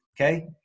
Okay